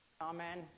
Amen